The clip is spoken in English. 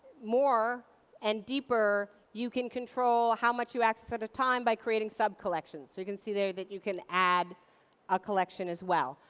more and deeper, you can control how much you access at a time by creating subcollections. so you can see that you can add a collection, as well.